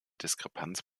diskrepanz